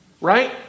right